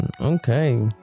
okay